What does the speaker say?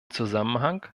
zusammenhang